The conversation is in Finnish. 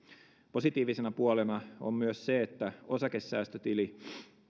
positiivisena puolena on myös se että osakesäästötili